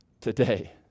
today